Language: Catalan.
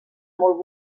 molt